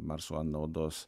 mars one naudos